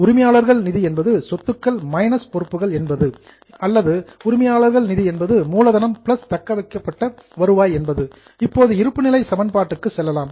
உரிமையாளர்கள் நிதி சொத்துக்கள் பொறுப்புகள் உரிமையாளர்கள் நிதி மூலதனம் தக்கவைக்கப்பட்ட வருவாய் இப்போது இருப்புநிலை சமன்பாட்டுக்கு செல்லலாம்